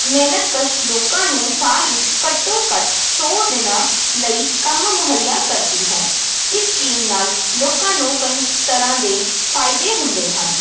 ਮਿਹਨਤਕਸ਼ ਲੋਕਾਂ ਨੂੰ ਸਾਲ ਵਿੱਚ ਘੱਟੋ ਘੱਟ ਸੌ ਦਿਨਾਂ ਲਈ ਕੰਮ ਮੁਹੱਈਆ ਕਰਦੀ ਹੈ ਇਸ ਸਕੀਮ ਨਾਲ ਲੋਕਾਂ ਨੂੰ ਕਈ ਤਰ੍ਹਾਂ ਦੇ ਫਾਇਦੇ ਹੁੰਦੇ ਹਨ